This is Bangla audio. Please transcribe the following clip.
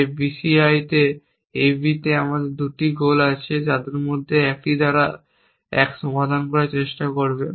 যে বিসিআই তে AB তে আমার যে 2টি গোল আছে তার মধ্যে 1 দ্বারা 1 সমাধান করার চেষ্টা করবে